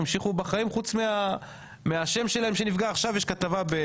הם המשיכו בחיים חוץ מהשם שלהם שנפגע עכשיו יש כתבה.